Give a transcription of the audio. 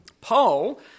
Paul